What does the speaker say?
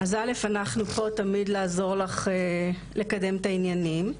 אז א' אנחנו פה תמיד לעזור לך לקדם את העניינים.